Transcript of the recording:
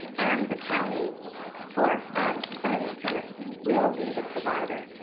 and the county for some of these tenants will be the provider.